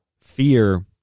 fear